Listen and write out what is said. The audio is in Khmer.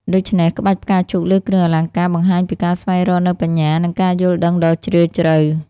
ដូច្នេះ ក្បាច់ផ្កាឈូកលើគ្រឿងអលង្ការបង្ហាញពីការស្វែងរកនូវបញ្ញា និងការយល់ដឹងដ៏ជ្រាលជ្រៅ។